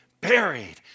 buried